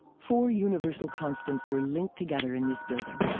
four universal constants were linked together in this building.